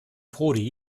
prodi